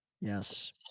Yes